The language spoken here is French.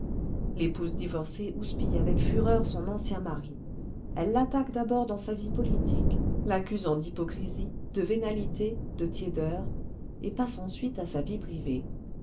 l'épouse divorcée houspille avec fureur son ancien mari elle l'attaque d'abord dans sa vie politique l'accusant d'hypocrisie de vénalité de tiédeur et passe ensuite à sa vie privée